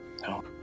No